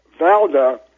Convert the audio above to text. Valda